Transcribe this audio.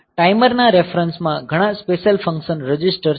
timer ના reference માં ઘણા સ્પેશિયલ ફંક્શન રજીસ્ટર છે